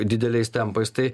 dideliais tempais tai